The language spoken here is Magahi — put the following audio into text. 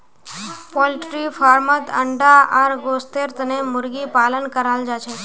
पोल्ट्री फार्मत अंडा आर गोस्तेर तने मुर्गी पालन कराल जाछेक